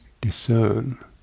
discern